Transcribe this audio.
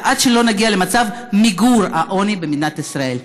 עד שנגיע למצב מיגור העוני במדינת ישראל.